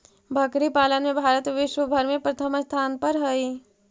बकरी पालन में भारत विश्व भर में प्रथम स्थान पर हई